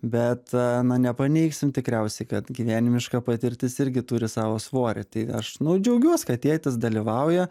bet na nepaneigsim tikriausiai kad gyvenimiška patirtis irgi turi savo svorį tai aš nu džiaugiuos kad tėtis dalyvauja